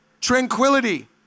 tranquility